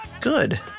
good